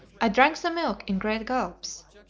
i drank the milk in great gulps,